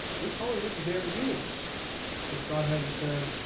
we probably wouldn't dare use if god hadn't said,